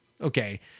okay